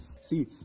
See